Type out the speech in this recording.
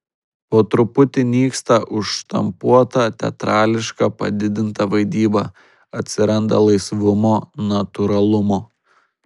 po truputį nyksta užštampuota teatrališka padidinta vaidyba atsiranda laisvumo natūralumo